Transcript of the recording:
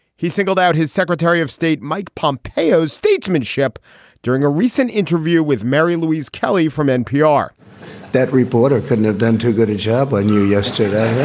he singled out his secretary of state, mike pompeo statesmanship during a recent interview with mary louise kelly from npr that reporter couldn't have done too good a job. i knew yesterday